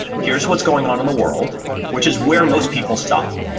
here's what's going on in the world which is where most people stop.